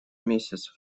месяц